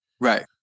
Right